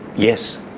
yes,